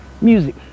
music